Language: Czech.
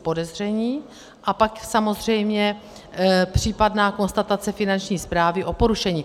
Podezření a pak samozřejmě případná konstatace Finanční správy o porušení.